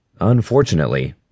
unfortunately